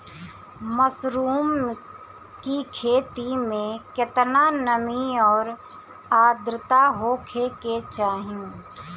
Mushroom की खेती में केतना नमी और आद्रता होखे के चाही?